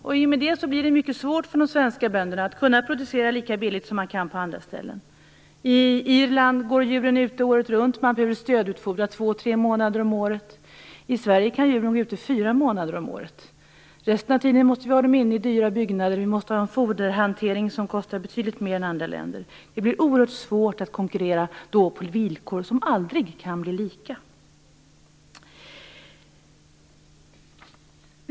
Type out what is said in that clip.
I och med det blir det mycket svårt för de svenska bönderna att producera lika billigt som man kan göra på andra ställen. I Irland går djuren ute året runt, och man behöver stödutfodra två tre månader om året. I Sverige kan djuren gå ute fyra månader om året. Resten av tiden måste vi ha dem inne i dyra byggnader, och vi måste ha en foderhantering som kostar betydligt mer än i andra länder. Det blir därför oerhört svårt att konkurrera på villkor som aldrig kan bli lika.